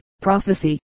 prophecy